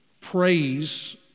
praise